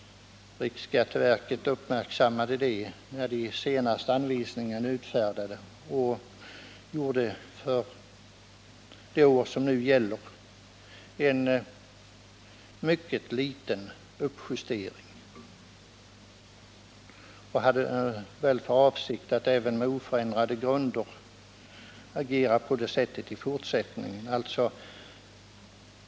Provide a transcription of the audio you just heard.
Riksskatteverket uppmärksammade det när de senaste anvisningarna utfärdades och gjorde för det år som nu löper en mycket liten uppjustering. Man hade väl för avsikt att även med oförändrade grunder agera på det sättet i fortsättningen.